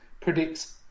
predicts